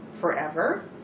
forever